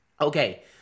okay